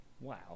Wow